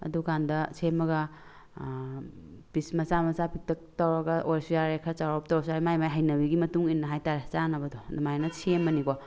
ꯑꯗꯨꯀꯥꯟꯗ ꯁꯦꯝꯃꯒ ꯄꯤꯁ ꯃꯆꯥ ꯃꯆꯥ ꯄꯤꯛꯇꯛ ꯇꯧꯔꯒ ꯑꯣꯏꯔꯁꯨ ꯌꯥꯔꯦ ꯈꯔ ꯆꯥꯎꯔꯞ ꯇꯧꯔꯁꯨ ꯌꯥꯔꯦ ꯃꯥ ꯃꯥꯒꯤ ꯍꯩꯅꯕꯤꯒꯤ ꯃꯇꯨꯡ ꯏꯟꯅ ꯍꯥꯏꯕꯇꯥꯔꯦ ꯆꯥꯅꯕꯗꯣ ꯑꯗꯨꯃꯥꯏꯅ ꯁꯦꯝꯃꯅꯤꯀꯣ